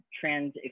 trans